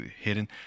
hidden